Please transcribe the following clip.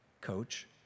coach